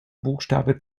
buchstabe